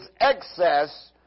excess